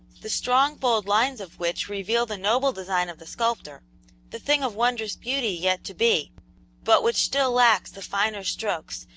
the strong, bold lines of which reveal the noble design of the sculptor the thing of wondrous beauty yet to be but which still lacks the finer strokes,